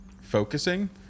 focusing